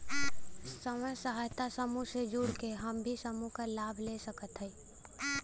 स्वयं सहायता समूह से जुड़ के हम भी समूह क लाभ ले सकत हई?